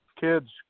kids